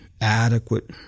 adequate